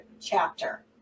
chapter